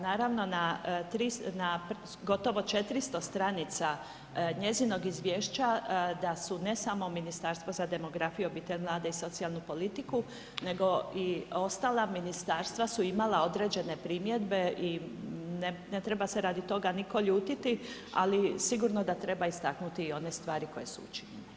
Naravno na gotovo 400 stranica njezinog izvješća da su ne samo Ministarstvo za demografiju, obitelj, mlade i socijalnu politike, nego i ostala ministarstva su imala određene primjedbe i ne treba se radi toga nitko ljutiti, ali sigurno da treba istaknuti i one stvari koji su učinjene.